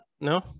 No